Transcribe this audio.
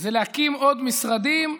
זה להקים עוד משרדים?